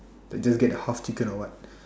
I just get house chicken or what